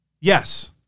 Yes